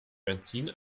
benzin